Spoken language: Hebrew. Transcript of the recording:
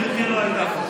גברתי לא הייתה פה.